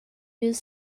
use